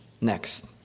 Next